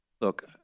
Look